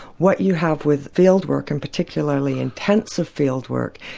what you have with field work and particularly intensive field work,